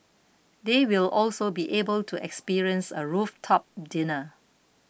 they will also be able to experience a rooftop dinner